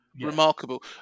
remarkable